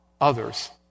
others